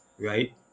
right